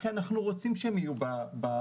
כי אנחנו רוצים שהם יהיו בשטח,